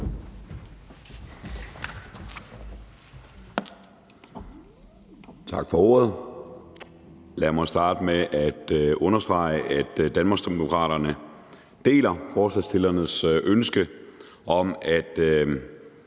Tak for ordet. Lad mig starte med at understrege, at Danmarksdemokraterne deler forslagsstillernes ønske om og